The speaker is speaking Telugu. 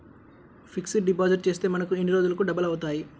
ఫిక్సడ్ డిపాజిట్ చేస్తే మనకు ఎన్ని రోజులకు డబల్ అవుతాయి?